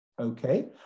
Okay